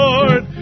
Lord